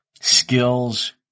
Skills